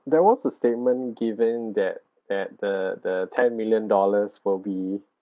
there was a statement given that at the the ten million dollars will be